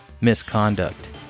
misconduct